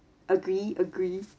agree agree